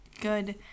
good